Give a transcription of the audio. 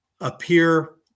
appear